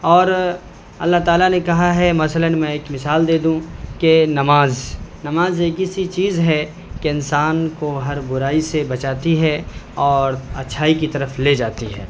اور اللہ تعالیٰ نے کہا ہے مثلاً میں ایک مثال دے دوں کہ نماز ںماز ایک ایسی چیز ہے کہ انسان کو ہر برائی سے بچاتی ہے اور اچھائی کی طرف لے جاتی ہے